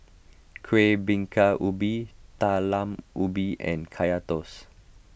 Kueh Bingka Ubi Talam Ubi and Kaya Toast